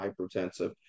hypertensive